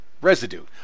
residue